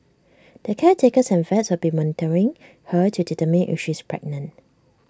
the caretakers and vets will be monitoring her to determine if she is pregnant